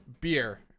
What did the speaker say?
beer